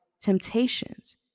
temptations